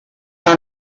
has